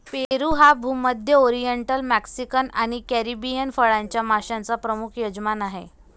पेरू हा भूमध्य, oriental, Mexican आणि कॅरिबियन फळांच्या माश्यांचा प्रमुख यजमान आहे